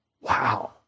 wow